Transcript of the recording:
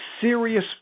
serious